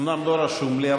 אומנם לא רשום לי,